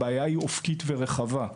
הבעיה היא אופקית ורחבה,